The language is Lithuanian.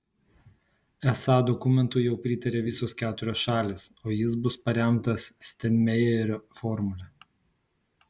esą dokumentui jau pritarė visos keturios šalys o jis bus paremtas steinmeierio formule